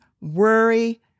worry